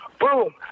Boom